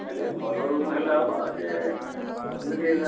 ହଁ ଟିକିଏ ଭଲ ରୁମ୍ ହେଲେ ହବ ସେ ସେମିତି